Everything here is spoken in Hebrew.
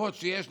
הכבוד שיש לו,